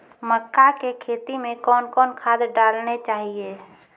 मक्का के खेती मे कौन कौन खाद डालने चाहिए?